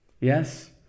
Yes